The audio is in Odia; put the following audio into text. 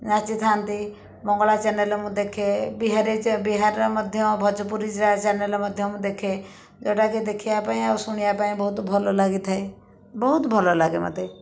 ନାଚିଥାନ୍ତି ବଙ୍ଗଳା ଚ୍ୟାନେଲରେ ମୁଁ ଦେଖେ ବିହାରୀ ଚା ବିହାରରେ ମଧ୍ୟ ଭୋଜପୁରୀ ଚ୍ୟାନେଲ ମଧ୍ୟ ମୁଁ ଦେଖେ ଯେଉଁଟାକି ଦେଖିବାପାଇଁ ଆଉ ଶୁଣିବାପାଇଁ ବହୁତ ଭଲ ଲାଗିଥାଏ ବହୁତ ଭଲ ଲାଗେ ମୋତେ